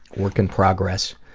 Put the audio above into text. work in progress.